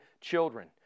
children